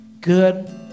Good